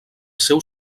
seu